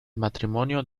matrimonio